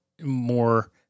more